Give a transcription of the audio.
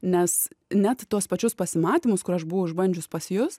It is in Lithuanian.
nes net tuos pačius pasimatymus kur aš buvau išbandžius pas jus